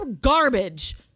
garbage